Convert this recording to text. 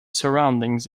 surroundings